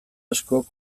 askok